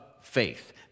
faith